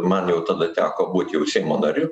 man jau tada teko būt jau seimo nariu